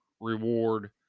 reward